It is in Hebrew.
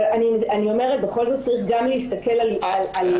אבל בכל זאת צריך גם להסתכל על גוף